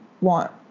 want